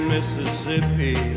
Mississippi